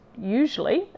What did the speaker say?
usually